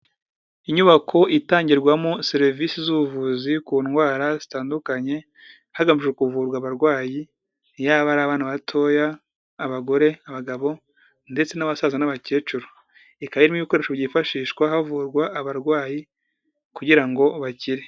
Inyubako itangirwamo serivisi z'ubuvuzi ku ndwara zitandukanye, hagamijwe kuvurwa abarwayi, yaba ari abana batoya, abagore, abagabo ndetse n'abasaza n'abakecuru. Ikaba irimo ibikoresho byifashishwa havurwa abarwayi kugira ngo bakire.